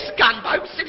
gunboats